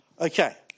okay